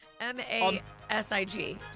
M-A-S-I-G